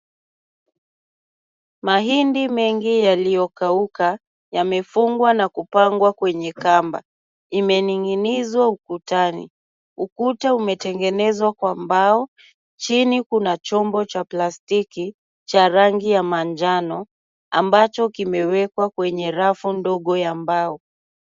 Mahindi mengi yaliyo kauka yamefugwa naku pagwa yamewekwa kwenye kamba ime ninginigzwa ukutani, ukutwa umetengenezwa kwa mbao chini Kuna chombo cha plastiki cha rangi ya manjano ambacho kimewekwa kwenye rafu ndogo ya mbao.